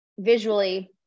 Visually